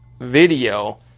video